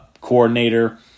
coordinator